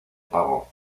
pago